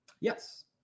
Yes